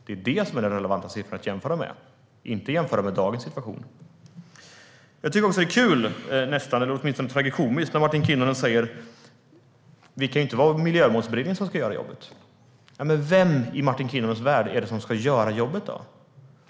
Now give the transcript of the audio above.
Det är det som är den relevanta siffran att jämföra med. Man kan inte jämföra med dagens situation. Jag tycker att det nästan är kul, eller åtminstone tragikomiskt, när Martin Kinnunen säger att det inte kan vara Miljömålsberedningen som ska göra jobbet. Men vem är det då som ska göra jobbet i Martin Kinnunens värld?